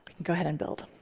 go ahead and build.